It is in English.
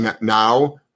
Now